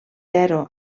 zero